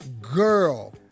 girl